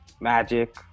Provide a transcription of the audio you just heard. Magic